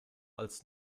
als